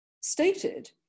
stated